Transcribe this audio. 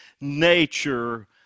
nature